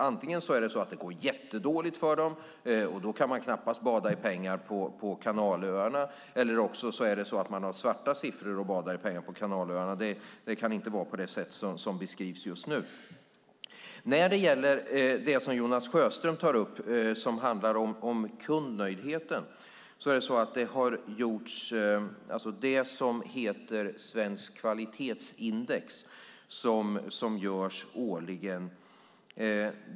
Antingen går det jättedåligt för dem, och då kan de knappast bada i pengar på kanalöarna, eller så har de svarta siffror och badar i pengar på kanalöarna. Det kan inte vara på det sätt som beskrivs just nu. När det gäller det som Jonas Sjöstedt tar upp som handlar om kundnöjdheten finns det något som heter Svenskt Kvalitetsindex. Undersökningar görs årligen.